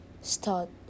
start